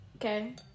Okay